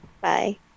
Bye